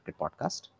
Podcast